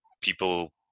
people